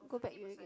go back yoogane